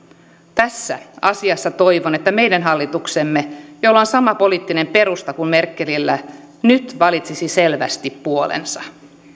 tässä asiassa toivon että meidän hallituksemme jolla on sama poliittinen perusta kuin merkelillä nyt valitsisi selvästi puolensa